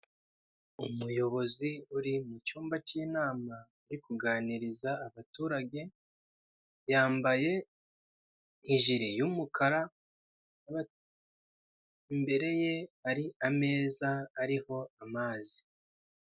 Umuyobozi uri mu cyumba k'inama uri kuganiriza abaturage yambaye ijiri y'umukara imbere ye hari ameza ariho amazi.